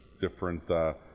different